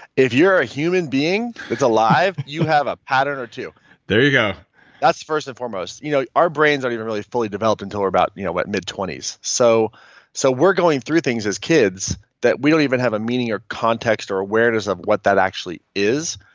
if you're a human being that's alive, you have a pattern or two there you go that's first and foremost. you know our brains aren't even really fully developed until we're about you know what, mid-twenties. so so we're going through things as kids that we don't even have a meaning or context or awareness of what that actually is,